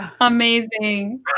amazing